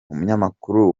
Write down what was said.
umunyamakuru